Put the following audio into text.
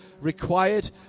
required